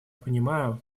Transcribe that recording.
понимаю